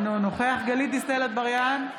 אינו נוכח גלית דיסטל אטבריאן,